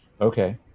Okay